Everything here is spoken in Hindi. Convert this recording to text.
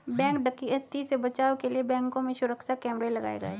बैंक डकैती से बचाव के लिए बैंकों में सुरक्षा कैमरे लगाये गये